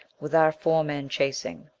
with our four men chasing.